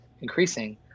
increasing